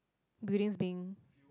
buildings being